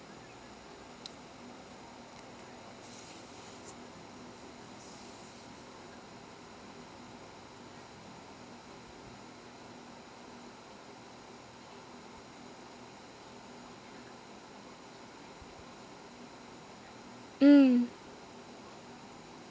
mm